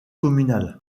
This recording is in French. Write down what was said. communal